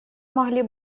могли